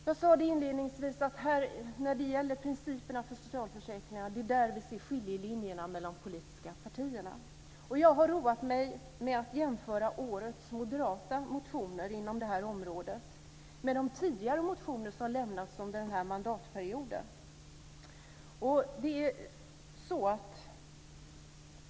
Jag sade inledningsvis att vi ser skiljelinjerna mellan de politiska partierna i principerna för socialförsäkringarna. Jag har roat mig med att jämföra årets moderata motioner inom detta område med de tidigare motioner som lämnats under mandatperioden.